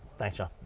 thanks john.